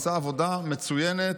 הוא עשה עבודה מצוינת,